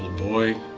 boy,